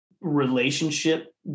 relationship